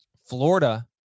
Florida